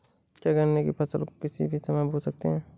क्या गन्ने की फसल को किसी भी समय बो सकते हैं?